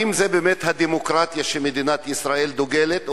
האם זה באמת הדמוקרטיה שמדינת ישראל דוגלת בה,